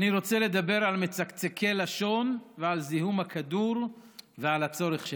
אני רוצה לדבר על מצקצקי לשון ועל זיהום הכדור ועל הצורך שלנו.